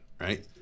right